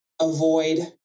avoid